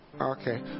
Okay